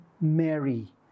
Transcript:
Mary